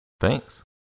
Thanks